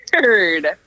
weird